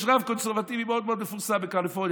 יש רב קונסרבטיבי מאוד מאוד מפורסם בקליפורניה,